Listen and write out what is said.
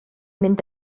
mynd